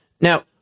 Now